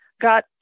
got